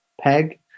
peg